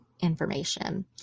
information